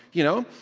you know?